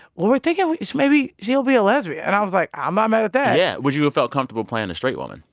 well, we're thinking maybe she'll be a lesbian. and i was like, i'm not mad at that yeah. would you have felt comfortable playing a straight woman?